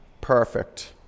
perfect